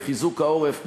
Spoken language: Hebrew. לחיזוק העורף,